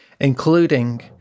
including